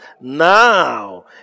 Now